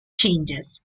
changes